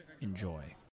enjoy